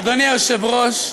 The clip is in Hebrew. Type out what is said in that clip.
אדוני היושב-ראש,